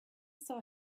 saw